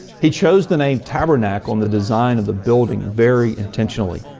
he chose the name tabernacle in the design of the building very intentionally.